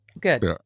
Good